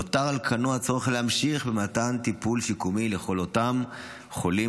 נותר על כנו הצורך להמשיך במתן טיפול שיקומי לכל אותם חולים